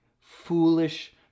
foolish